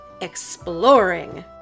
exploring